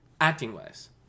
Acting-wise